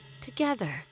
together